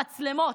המצלמות.